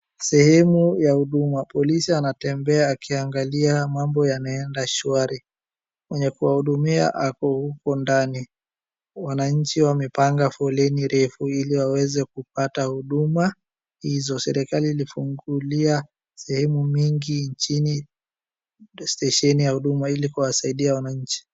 Sehemu ya huduma. Polisi anatembea akiangalia mambo yanaenda shwari. mwenye kuwahudumia kako huko ndani wananchi wamepanga foleni refu ili waweze kupata huduma hizo. Serekali ilifungulia sehemu mingi nchini stesheni ya huduma ili kuwasaidia wananchi.